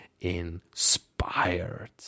inspired